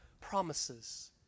promises